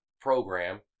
program